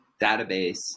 database